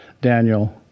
Daniel